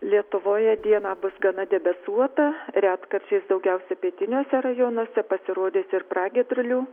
lietuvoje dieną bus gana debesuota retkarčiais daugiausia pietiniuose rajonuose pasirodys ir pragiedrulių